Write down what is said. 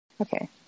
Okay